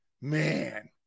Man